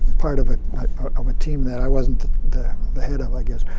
part of ah of a team that i wasn't the the head of, i guess.